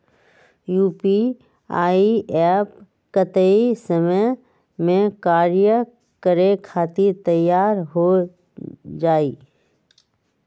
UPI app कतेइक समय मे कार्य करे खातीर तैयार हो जाई?